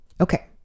Okay